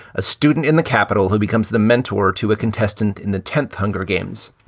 a student in the capital who becomes the mentor to a contestant in the tenth hunger games.